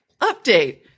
update